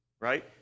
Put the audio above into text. right